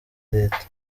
leta